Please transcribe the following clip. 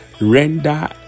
render